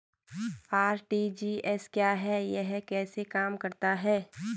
RTGS क्या है यह कैसे काम करता है?